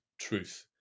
truth